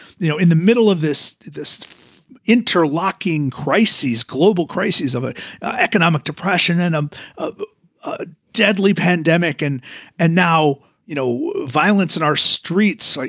you know in the middle of this this interlocking crises, global crises of ah economic depression and a ah deadly pandemic and and now, you know, violence in our streets, like